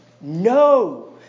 No